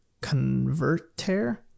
converter